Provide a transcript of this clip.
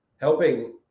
helping